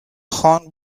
خان